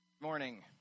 morning